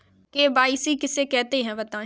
KYC किसे कहते हैं बताएँ?